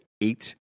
eight